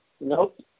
nope